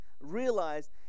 realize